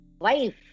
wife